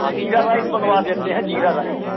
हाँ जीरा राइस बनवा देते हैं जीरा राइस